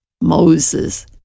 Moses